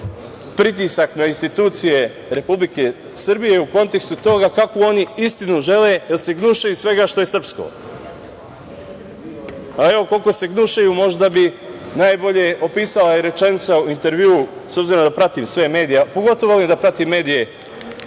pritisak na institucije Republike Srbije u kontekstu toga kakvu oni istinu žele, jer se gnušaju svega što je srpsko. Evo koliko se gnušaju, možda bi najbolje opisala rečenica u intervju, s obzirom da pratim sve medije, a pogotovo volim da pratim medije